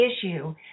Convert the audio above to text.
issue